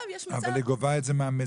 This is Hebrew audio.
אבל היא גובה את זה מהמזיק.